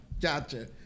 Gotcha